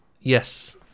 Yes